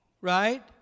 right